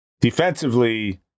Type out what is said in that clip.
defensively